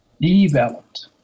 developed